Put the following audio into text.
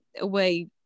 away